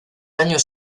años